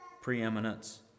preeminence